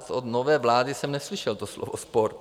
Od nové vlády jsem neslyšel to slovo sport.